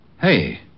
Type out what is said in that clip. hey